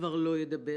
כבר לא ידבר.